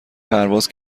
پرواز